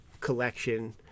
collection